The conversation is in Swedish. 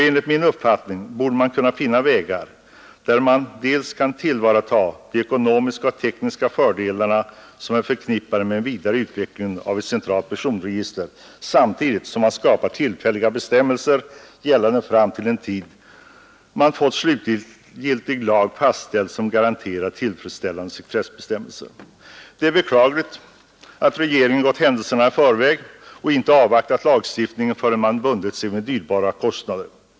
Enligt min uppfattning borde man kunna finna vägar där man kan tillvarata de ekonomiska och tekniska fördelar som är förknippade med en vidare utveckling av ett centralt personregister samtidigt som man skapar tillfälliga bestämmelser gällande fram till den tid man fått slutgiltig lag fastställd som garanterar tillfredsställande sekretessbestämmelser. Det är beklagligt att regeringen gått händelserna i förväg och inte avvaktat lagstiftningen förrän man bundit sig för dyrbara kostnader.